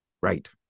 Right